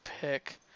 pick